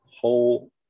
whole